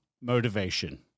motivation